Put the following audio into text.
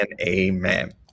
amen